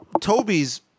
Toby's